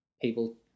people